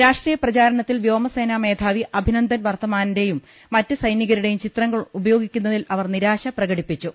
രാഷ്ട്രീയ പ്രചാരണത്തിൽ വ്യോമസേനാമേധാവി അഭിനന്ദൻ വർത്തമാന്റെയും മറ്റ് സൈനികരുടെയും ചിത്രങ്ങൾ ഉപയോഗി ക്കുന്നതിൽ അവർ നിരാശ പ്രകടിപ്പിച്ചു